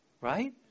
right